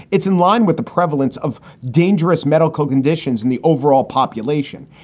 it's in line with the prevalence of dangerous medical conditions in the overall population.